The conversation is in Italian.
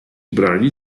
brani